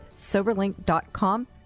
soberlink.com